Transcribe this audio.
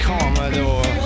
Commodore